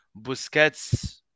Busquets